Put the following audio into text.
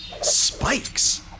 spikes